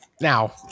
now